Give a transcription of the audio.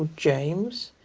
james,